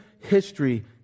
history